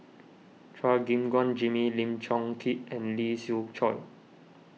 Chua Gim Guan Jimmy Lim Chong Keat and Lee Siew Choh